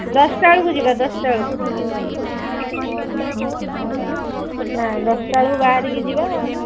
ଦଶଟା ବେଳକୁ ଯିବା ଦଶଟା ବେଳକୁ ହଁ ହଁ ନାହିଁ ଦଶଟା ବେଳକୁ ବାହାରିକି ଯିବା